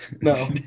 No